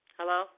Hello